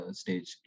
stage